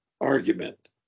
argument